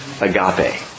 Agape